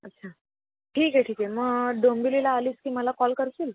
अच्छा ठीक आहे ठीक आहे मग डोंबिवलीला आलीस की मला कॉल करशील